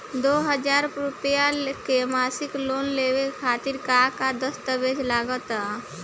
दो हज़ार रुपया के मासिक लोन लेवे खातिर का का दस्तावेजऽ लग त?